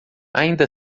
ainda